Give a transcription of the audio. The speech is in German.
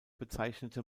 bezeichnete